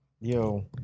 Yo